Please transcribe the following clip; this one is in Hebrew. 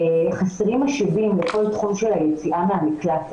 חסרים משאבים בכל תחום של היציאה מהמקלט,